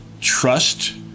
trust